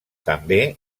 també